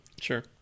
sure